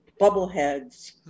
bubbleheads